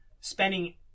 spending